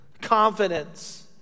confidence